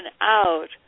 out